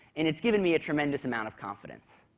and it's given me a tremendous amount of confidence.